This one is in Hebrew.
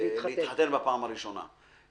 להתחתן פה בפעם הראשונה.